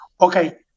Okay